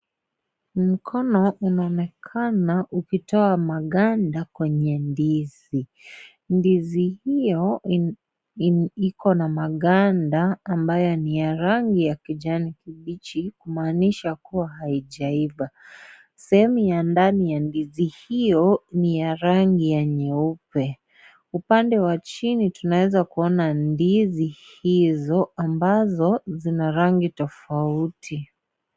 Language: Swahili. Mkono unaonekana ukitoa maganda kwenye ndizi. Ndizi hiyo ina, iko na maganda ambayo ni ya rangi ya kijani kibichi, kumanisha kuwa haijaiva. Sehemu ya ndani ya ndizi hiyo ni ya rangi ya nyeupe. Upande wa chini tunaeza kuona ndizi hizo ambazo zina rangi tofauti.